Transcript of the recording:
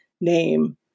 name